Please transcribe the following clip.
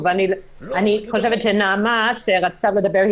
ונעמה שרצתה לדבר,